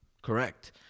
Correct